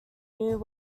new